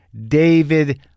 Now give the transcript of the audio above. David